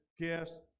gifts